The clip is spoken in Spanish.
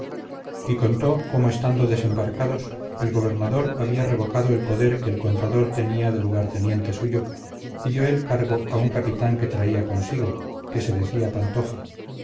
y contó cómo estando desembarcados el gobernador había revocado el poder que el contador tenía de lugarteniente suyo y dio el cargo a un capitán que traía consigo que se decía pantoja